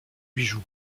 bijou